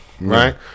right